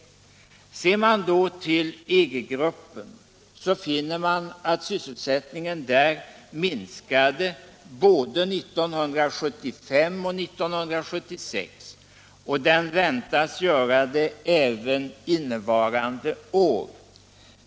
Ser man då till EG-gruppen finner man att sysselsättningen där minskade både 1975 och 1976, och den väntas göra det även innevarande år.